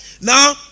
Now